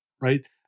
right